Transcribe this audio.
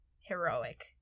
heroic